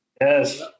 Yes